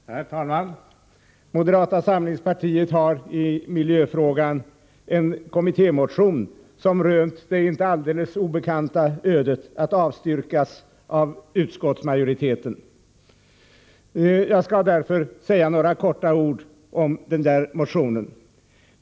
Herr talman! Moderata samlingspartiet har i miljöfrågan en kommittémotion, som rönt det inte alldeles ovanliga ödet att avstyrkas av utskottsmajoriteten, och jag skall säga några ord om den motionen.